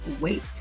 wait